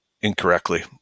incorrectly